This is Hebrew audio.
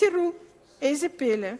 ותראו איזה פלא,